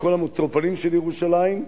ובכל המטרופולין של ירושלים,